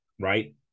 right